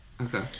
Okay